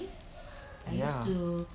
ya